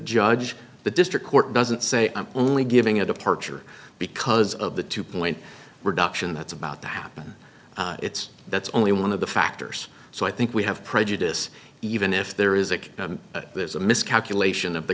judge the district court doesn't say i'm only giving a departure because of the two point reduction that's about to happen it's that's only one of the factors so i think we have prejudice even if there is a there's a miscalculation of the